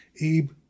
Abe